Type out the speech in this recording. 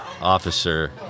officer